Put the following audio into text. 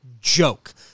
joke